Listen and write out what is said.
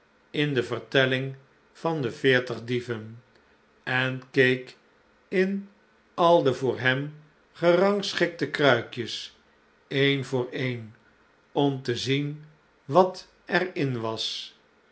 in de vertelling van de veertig dieven en keek in al de voor hem gerangschikte kruikjes een voor een om te zien wat er in was